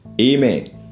Amen